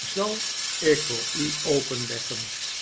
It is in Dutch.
zal ik voor u openleggen